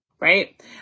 right